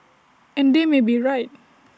and they may be right